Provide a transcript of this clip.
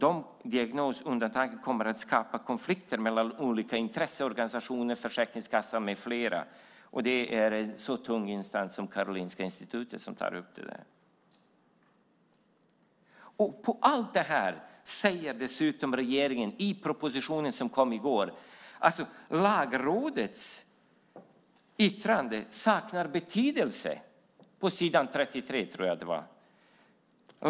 De diagnosundantagen kommer att skapa konflikter mellan olika intresseorganisationer, Försäkringskassan med flera. Detta tas upp av en så pass tung instans som Karolinska Institutet. Till detta ska läggas att regeringen i den proposition som kom i går säger att Lagrådets yttrande saknar betydelse. Det sägs på jag tror det är s. 33.